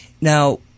now